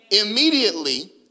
Immediately